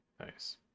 Nice